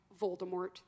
Voldemort